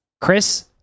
Chris